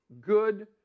good